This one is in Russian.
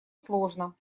сложно